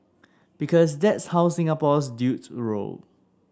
because that's how Singaporean dudes roll